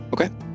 Okay